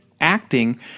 acting